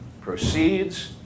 proceeds